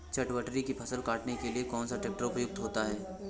चटवटरी की फसल को काटने के लिए कौन सा ट्रैक्टर उपयुक्त होता है?